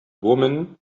woman